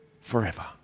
forever